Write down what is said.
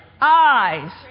eyes